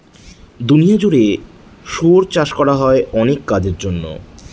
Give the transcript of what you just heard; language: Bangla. দুনিয়া জুড়ে শুয়োর চাষ করা হয় অনেক কাজের জন্য